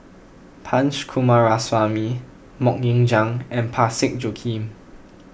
Punch Coomaraswamy Mok Ying Jang and Parsick Joaquim